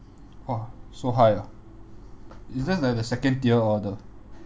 !wah! so high ah is that like the second tier or the